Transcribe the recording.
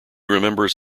remembers